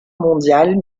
mondiale